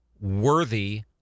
worthy